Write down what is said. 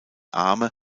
arme